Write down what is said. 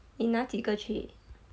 你那几个去